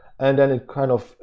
and then it kind of